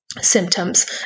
symptoms